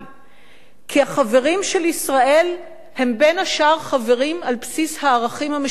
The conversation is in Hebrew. כי החברים של ישראל הם בין השאר חברים על בסיס הערכים המשותפים שלנו,